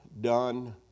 done